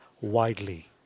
widely